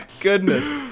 goodness